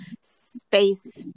space